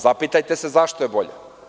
Zapitajte se zašto je bolja.